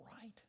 right